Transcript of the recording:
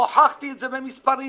הוכחתי את זה במספרים